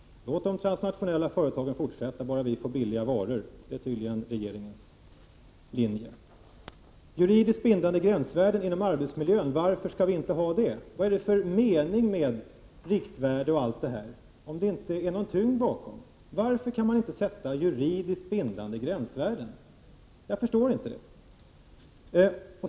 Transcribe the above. Låt de transnationella företagen fortsätta, bara vi får billiga varor — det är tydligen regeringens linje. Varför skall vi inte ha juridiskt bindande gränsvärden inom arbetsmiljön? Vad är det för mening med riktvärden, om det inte finns någon tyngd bakom? Varför kan man inte fastställa juridiskt bindande gränsvärden? Jag förstår inte det.